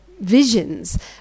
visions